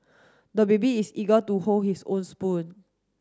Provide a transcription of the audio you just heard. the baby is eager to hold his own spoon